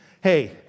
Hey